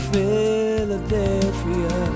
Philadelphia